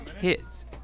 kids